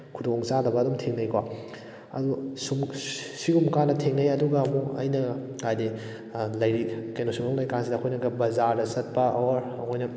ꯈꯨꯗꯣꯡꯆꯥꯗꯕ ꯑꯗꯨꯝ ꯊꯦꯡꯅꯩꯀꯣ ꯑꯗꯨ ꯁꯨꯝ ꯁꯤꯒꯨꯝꯕꯀꯥꯟꯗ ꯊꯦꯡꯅꯩ ꯑꯗꯨꯒ ꯑꯃꯨꯛ ꯑꯩꯅ ꯍꯥꯏꯕꯗꯤ ꯂꯩꯔꯤ ꯁꯤꯒꯨꯝꯕꯀꯥꯟꯁꯤꯗ ꯑꯩꯈꯣꯏꯅꯒ ꯕꯖꯥꯔꯗ ꯆꯠꯄ ꯑꯣꯔ ꯑꯩꯈꯣꯏꯅ